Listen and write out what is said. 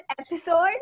episode